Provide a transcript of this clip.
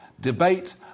debate